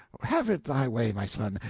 have it thy way, my son.